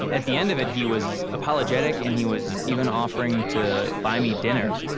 at the end of it he was apologetic and he was even offering to buy me dinner